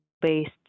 based